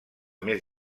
més